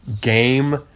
game